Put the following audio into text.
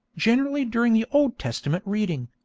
generally during the old testament reading.